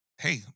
hey